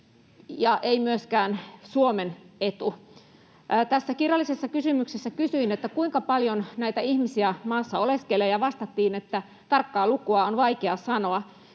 ei myöskään Suomen etu. Tässä kirjallisessa kysymyksessä kysyin, kuinka paljon näitä ihmisiä maassa oleskelee, ja vastattiin, että tarkkaa lukua on vaikea sanoa.